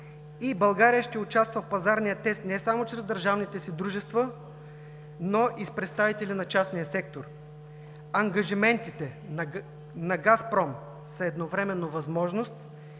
и България ще участва в пазарния тест не само чрез държавните си дружества, но и с представители на частния сектор. Ангажиментите на „Газпром“ са едновременно възможност